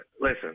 Listen